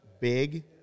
big